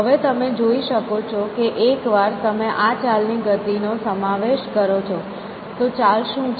હવે તમે જોઈ શકો છો કે એકવાર તમે આ ચાલની ગતિ નો સમાવેશ કરો છો તો ચાલ શું છે